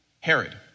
Herod